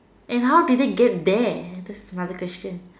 and how did it get there that's my other question